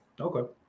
Okay